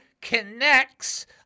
connects